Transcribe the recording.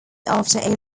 after